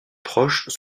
proches